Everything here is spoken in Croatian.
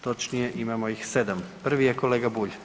Točnije imamo ih 7. Prvi je kolega Bulj.